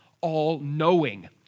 all-knowing